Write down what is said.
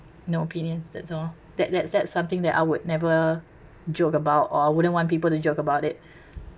no opinions that's all that that's that something that I would never joke about or wouldn't want people to joke about it